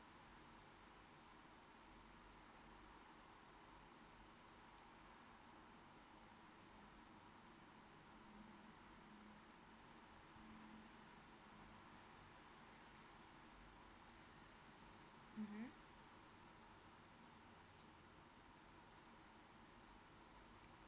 mmhmm